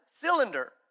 Cylinder